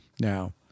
Now